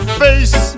face